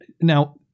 now